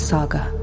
Saga